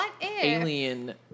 alien